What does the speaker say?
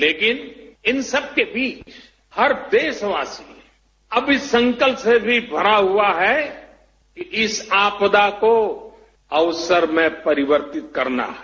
लेकिन इन सबके बीच हर देशवासी अब इस संकल्प से भी भरा हुआ है कि इस आपदा को अवसर में परिवर्तित करना है